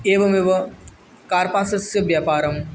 एवमेव कार्पासस्य व्यापारं